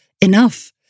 enough